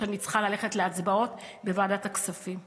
שאני צריכה ללכת להצבעות בוועדת הכספים.